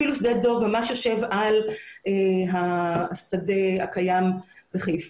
אפילו את שדה דב שממש יושב על השדה הקיים בחיפה.